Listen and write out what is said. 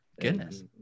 goodness